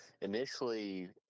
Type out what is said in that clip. Initially